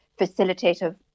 facilitative